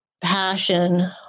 passion